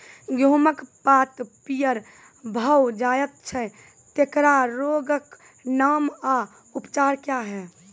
गेहूँमक पात पीअर भअ जायत छै, तेकरा रोगऽक नाम आ उपचार क्या है?